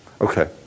Okay